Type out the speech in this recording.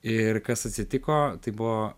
ir kas atsitiko tai buvo